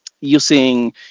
using